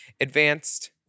advanced